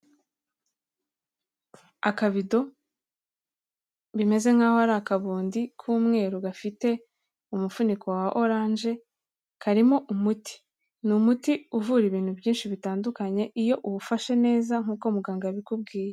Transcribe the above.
Akabido bimeze nk'aho ari akabundi k'umweru, gafite umufuniko wa oranje, karimo umuti, ni umuti uvura ibintu byinshi bitandukanye, iyo uwufashe neza nk'uko muganga yabikubwiye.